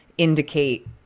indicate